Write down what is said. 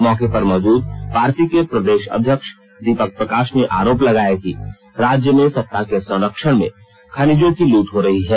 मौके पर मौजूद पार्टी के प्रदेश अध्यक्ष दीपक प्रकाश ने आरोप लगाया कि राज्य में सता के संरक्षण में खनिजों की लूट हो रही है